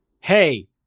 hey